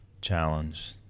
challenge